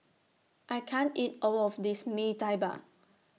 I can't eat All of This Mee Tai Mak